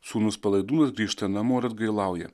sūnus palaidūnas grįžta namo ir atgailauja